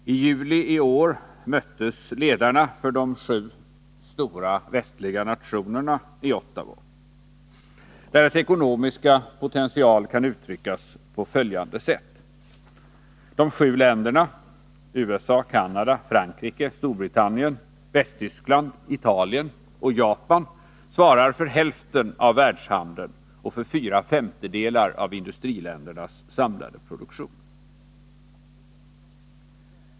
I juli i år möttes t.ex. ledarna för de sju stora västliga nationerna i Ottawa. Deras ekonomiska potential kan uttryckas på följande sätt. Dessa sju länder — USA, Canada, Frankrike, Storbritannien, Västtyskland, Italien och Japan — svarar för hälften av världshandeln och för fyra femtedelar av industriländernas samlade produktion.